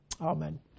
Amen